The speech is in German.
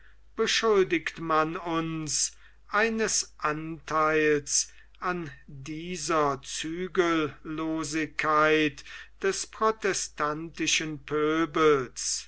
beschuldigt man uns eines antheils an dieser zügellosigkeit des protestantischen pöbels